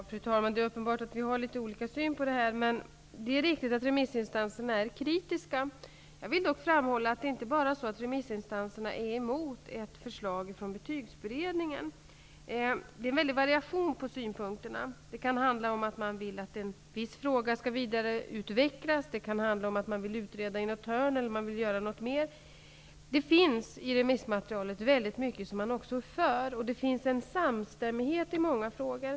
Fru talman! Det är uppenbart att vi har litet olika syn på den här frågan. Det är riktigt att remissinstanserna är kritiska. Jag vill dock påpeka att det inte bara är så att remissinstanserna är emot ett förslag från Betygsberedningen. Det finns en stor variation på synpunkterna. Det kan handla om att man vill att en viss fråga skall vidareutvecklas, att man vill utreda något eller göra något mer i vissa avseenden. I remissmaterialet finns också väldigt mycket som man är för, och det finns en samstämmighet i många frågor.